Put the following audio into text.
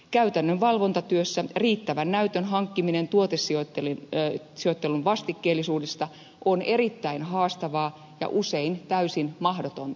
käytännön valvontatyössä riittävän näytön hankkiminen tuotesijoittelun vastikkeellisuudesta on erittäin haastavaa ja usein täysin mahdotonta